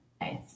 Nice